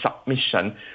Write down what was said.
submission